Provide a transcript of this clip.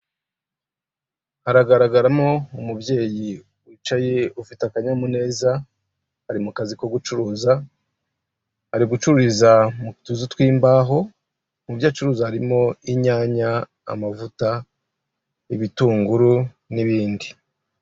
Hagaragaramo umubyeyi wicaye ufite akanyamuneza ari mu kazi ko gucuruza ari gucururiza mu tuzu tw'imbaho, mu byo acuruza harimo inyanya, amavuta, ibitunguru n'ibindi.